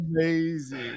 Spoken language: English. Amazing